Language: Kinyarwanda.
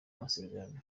amasezerano